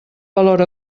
valor